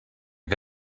que